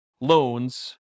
loans